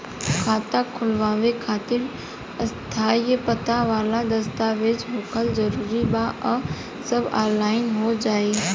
खाता खोलवावे खातिर स्थायी पता वाला दस्तावेज़ होखल जरूरी बा आ सब ऑनलाइन हो जाई?